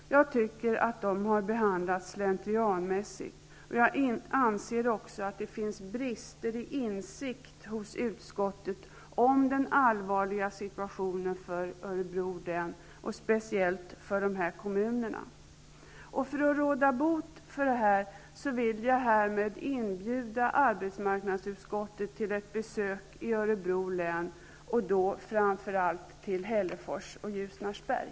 Jag tycker att de har behandlats slentrianmässigt, och jag anser också att det finns brister i insikten hos utskottet om den allvarliga situationen för Örebro län, och speciellt för dessa kommuner. För att råda bot på detta, vill jag härmed inbjuda arbetsmarknadsutskottet till ett besök i Örebro län, och då framför allt till Hällefors och Ljusnarsberg.